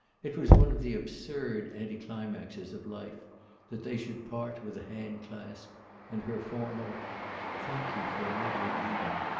it was one of the absurd anti-climaxes of life that they should part with a hand-clasp and her formal thank you for a lovely evening.